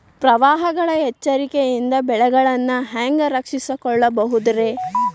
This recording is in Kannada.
ಪ್ರವಾಹಗಳ ಎಚ್ಚರಿಕೆಯಿಂದ ಬೆಳೆಗಳನ್ನ ಹ್ಯಾಂಗ ರಕ್ಷಿಸಿಕೊಳ್ಳಬಹುದುರೇ?